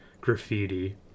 graffiti